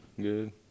good